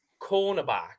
cornerback